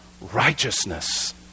righteousness